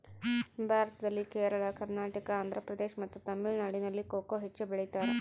ಭಾರತದಲ್ಲಿ ಕೇರಳ, ಕರ್ನಾಟಕ, ಆಂಧ್ರಪ್ರದೇಶ್ ಮತ್ತು ತಮಿಳುನಾಡಿನಲ್ಲಿ ಕೊಕೊ ಹೆಚ್ಚು ಬೆಳಿತಾರ?